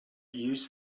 use